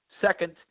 second